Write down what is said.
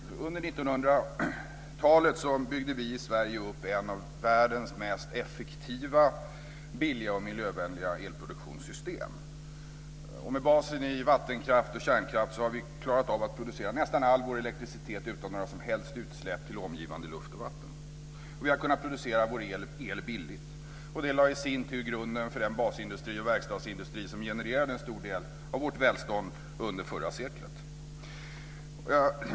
Herr talman! Under 1900-talet byggde vi i Sverige upp ett av världens mest effektiva, billiga och miljövänliga elproduktionssystem. Med basen i vattenkraft och kärnkraft har vi klarat av att producera nästan all vår elektricitet utan några som helst utsläpp till omgivande luft och vatten. Vi har kunnat producera vår el billigt, och det lade i sin tur grunden för den basindustri och verkstadsindustri som genererade en stor del av vårt välstånd under förra seklet.